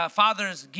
fathers